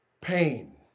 Pain